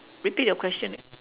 repeat your question